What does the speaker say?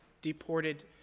deported